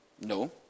No